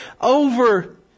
over